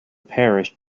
parish